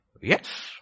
Yes